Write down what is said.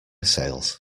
sales